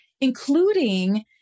including